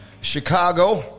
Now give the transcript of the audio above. Chicago